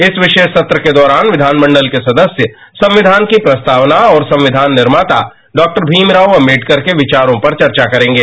इस विशेष सत्र के दौरान विधान मंडल के सदस्य संविधान की प्रस्तावना और संविधान निर्माता डॉ भीमराव अंबेडकर के विचारों पर चर्चा करेंगे